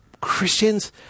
Christians